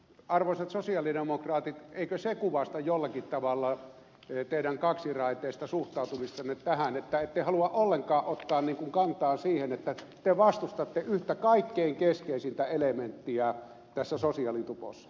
arvoisat sosialidemokraatit eikö se kuvasta jollakin tavalla teidän kaksiraiteista suhtautumistanne tähän että ette halua ollenkaan ottaa kantaa siihen että te vastustatte yhtä kaikkein keskeisintä elementtiä tässä sosiaalitupossa